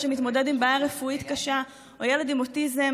שמתמודד עם בעיה רפואית קשה או ילד עם אוטיזם,